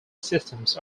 systems